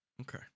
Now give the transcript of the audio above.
Okay